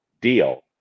deal